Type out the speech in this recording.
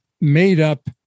made-up